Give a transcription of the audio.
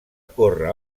córrer